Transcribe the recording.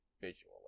visually